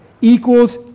equals